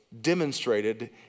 demonstrated